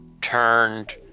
turned